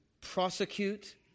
prosecute